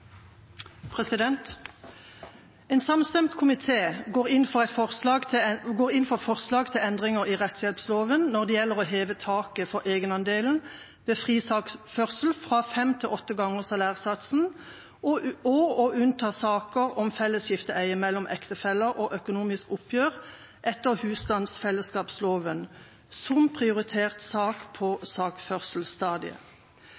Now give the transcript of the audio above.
1. En samstemt komité går inn for forslag til endringer i rettshjelploven når det gjelder å heve taket for egenandelen ved fri sakførsel fra fem til åtte ganger salærsatsen, og å unnta saker om felleseieskifte mellom ektefeller og økonomisk oppgjør etter husstandsfellesskapsloven som prioritert